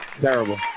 Terrible